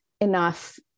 enough